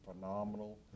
phenomenal